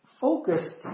focused